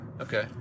Okay